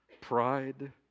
pride